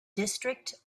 district